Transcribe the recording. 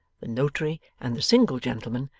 the notary, and the single gentleman,